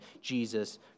Jesus